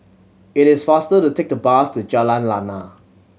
it is faster to take the bus to Jalan Lana